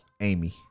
Amy